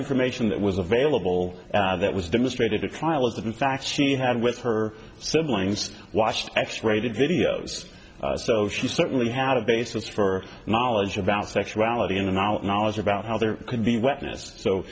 information that was available that was demonstrated at trial is that in fact she had with her siblings watched x rated videos she certainly had a basis for knowledge about sexuality and in our knowledge about how there could be wetness so